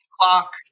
clock